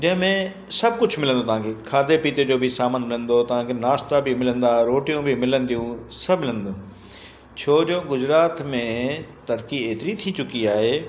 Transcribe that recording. जंहिंमें सभु कुझु मिलंदो तव्हांखे खाधे पीते जो बि सामान मिलंदो तव्हांखे नाश्ता बि मिलंदा रोटियूं बि मिलंदियूं सभु मिलंदो छोजो गुजरात में तरक़ी एतिरी थी चुकी आहे